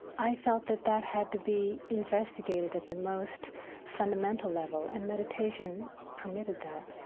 i felt that that had to be investigated at the most fundamental level. and meditation permitted that